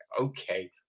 okay